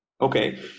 Okay